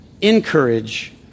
encourage